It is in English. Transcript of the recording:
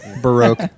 baroque